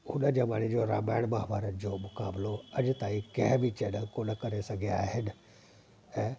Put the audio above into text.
हुन ज़माने जो रामायण महाभारत जो मुकाबिलो अॼु ताईं कंहिं बि चेनल ते न करे सघिया आहिनि ऐं